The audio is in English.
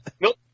Nope